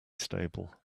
stable